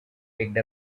picked